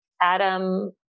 Adam